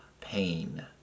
pain